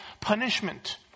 punishment